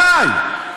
מתי?